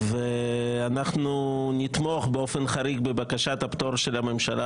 ואנחנו נתמוך באופן חריג בבקשת הפטור של הממשלה,